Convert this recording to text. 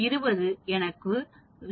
99 20 எனக்கு 0